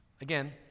Again